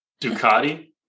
Ducati